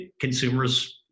consumers